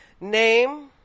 Name